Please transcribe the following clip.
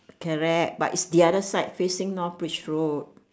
correct but it's the other side facing north bridge road